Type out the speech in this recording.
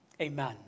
Amen